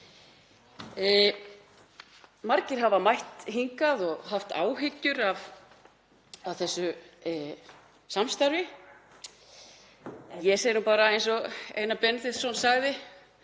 Margir hafa mætt hingað og haft áhyggjur af þessu samstarfi. Ég segi nú bara eins og Einar Benediktsson sagði: